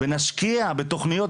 ונשקיע בתכניות,